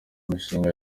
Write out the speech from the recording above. mishinga